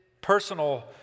personal